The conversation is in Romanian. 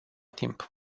timp